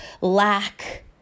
lack